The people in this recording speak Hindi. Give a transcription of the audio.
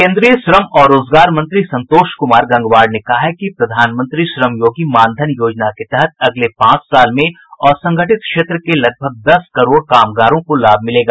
केंद्रीय श्रम और रोजगार मंत्री संतोष कुमार गंगवार ने कहा है कि प्रधानमंत्री श्रमयोगी मानधन योजना के तहत अगले पांच साल में असंगठित क्षेत्र के लगभग दस करोड़ कामगारों को लाभ मिलेगा